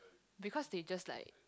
because they just like